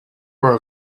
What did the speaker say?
were